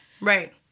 right